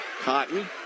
Cotton